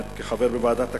כחבר בוועדת הכספים,